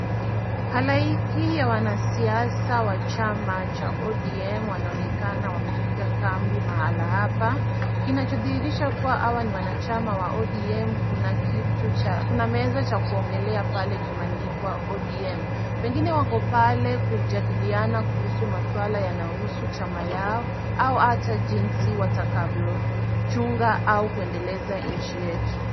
Halaiki ya wanasiasa wa chama cha ODM wanaonekana wamepiga kambi mahala hapa, kinachodhihirisha kuwa hawa ni wanachama cha ODM kuna meza cha kuongelea pale kimeandikwa ODM. Pengine wako pale kujadiliana kuhusu masuala yanayohusu chama yao au hata jinsi watakavyochunga au kuendeleza nchi yetu.